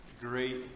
great